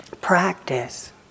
Practice